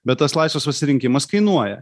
bet tas laisvas pasirinkimas kainuoja